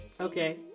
Okay